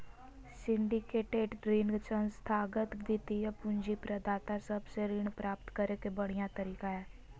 syndicated ऋण संस्थागत वित्तीय पूंजी प्रदाता सब से ऋण प्राप्त करे के बढ़िया तरीका हय